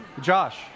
Josh